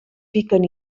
piquen